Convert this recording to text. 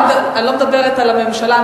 אני לא מדברת על הממשלה,